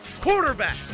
quarterback